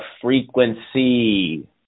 frequency